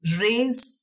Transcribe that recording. raise